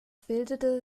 bildete